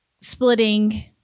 splitting